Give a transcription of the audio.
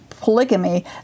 polygamy